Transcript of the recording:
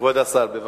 כבוד השר, בבקשה.